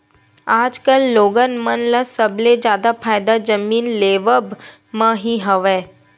आजकल लोगन मन ल सबले जादा फायदा जमीन लेवब म ही हवय